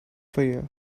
fear